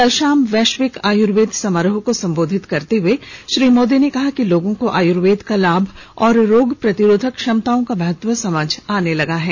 कल शाम वैश्विक आयुर्वेद समारोह को संबोधित करते हुए श्री मोदी ने कहा कि लोगों को आयुर्वेद का लाभ और रोग प्रतिरोधक क्षमताओं का महत्व समझ आने लगा है